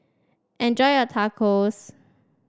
enjoy your Tacos